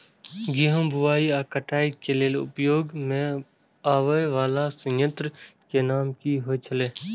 गेहूं बुआई आ काटय केय लेल उपयोग में आबेय वाला संयंत्र के नाम की होय छल?